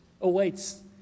awaits